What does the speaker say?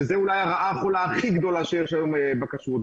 שזה אולי הרעה החולה הכי גדולה שיש היום בכשרות.